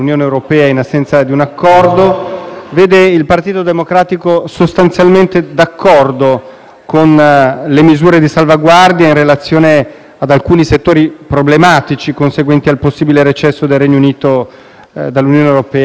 vede il Partito Democratico sostanzialmente d'accordo con le misure di salvaguardia in relazione ad alcuni settori problematici conseguenti al possibile recesso del Regno Unito dall'Unione europea senza un *deal*